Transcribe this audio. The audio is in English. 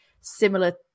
similar